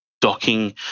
docking